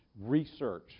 research